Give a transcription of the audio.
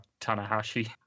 tanahashi